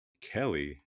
kelly